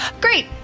Great